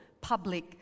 public